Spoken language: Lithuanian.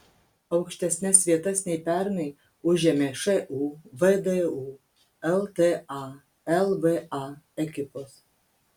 aukštesnes vietas nei pernai užėmė šu vdu lta lva ekipos